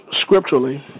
scripturally